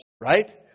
Right